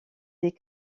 des